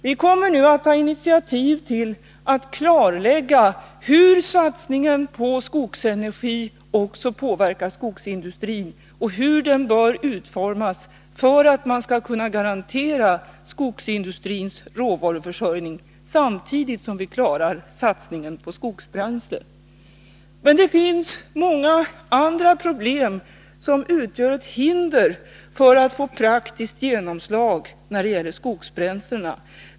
Vi kommer nu att ta initiativ till att klarlägga hur satsningen på skogsenergi påverkar skogsindustrin och hur den satsningen bör utformas för att man skall kunna garantera skogsindustrins råvaruförsörjning samtidigt som man klarar satsningen på skogsbränslen. Det finns emellertid många andra problem, som utgör ett hinder för att få ett praktiskt genomslag när det gäller skogsbränslen.